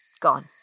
Gone